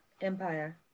empire